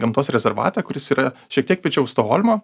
gamtos rezervatą kuris yra šiek tiek piečiau stokholmo